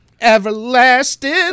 Everlasting